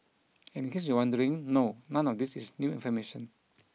and in case you're wondering no none of these is new information